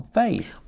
faith